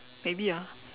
maybe ah